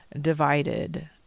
divided